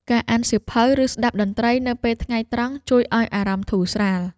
ការអានសៀវភៅ ឬស្តាប់តន្ត្រីនៅពេលថ្ងៃត្រង់ ជួយឱ្យអារម្មណ៍ធូរស្រាល។